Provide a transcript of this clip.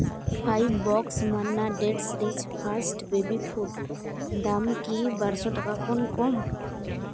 five box Manna dates rich fast baby food ᱫᱟᱢ ᱠᱤ ᱵᱟᱨ ᱥᱚ ᱴᱟᱠᱟ ᱠᱷᱚᱱ ᱠᱚᱢ